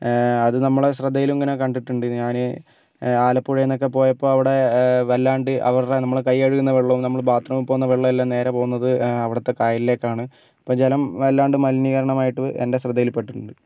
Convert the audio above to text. അത് നമ്മളെ ശ്രദ്ധയിലും അങ്ങനെ കണ്ടിട്ടുണ്ട് ഞാൻ ആലപ്പുഴയിൽ നിന്നൊക്കെ പോയപ്പോൾ അവിടെ വല്ലാണ്ട് അവരുടെ കൈ കഴുകുന്ന വെള്ളവും നമ്മൾ ബാത്റൂമിൽ പോവുന്ന വെള്ളവും എല്ലാം നേരെ പോവുന്നത് അവിടുത്തെ കായലിലേക്കാണ് ഇപ്പം ജലം വല്ലാണ്ട് മലിനീകരണം ആയിട്ട് എൻ്റെ ശ്രദ്ധയിൽ പെട്ടിട്ടുണ്ട്